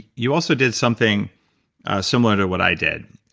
you also did something similar to what i did.